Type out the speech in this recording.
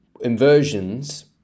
inversions